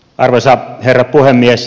arvoisa herra puhemies